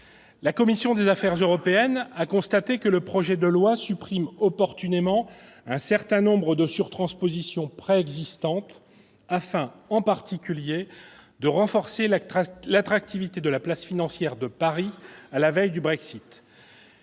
La commission des affaires européennes a constaté que le projet de loi supprime opportunément un certain nombre de sur-transpositions préexistantes, afin, en particulier, de renforcer l'attractivité de la place financière de Paris, à la veille du Brexit,